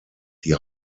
die